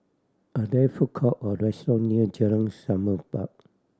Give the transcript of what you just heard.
are there food court or restaurant near Jalan Semerbak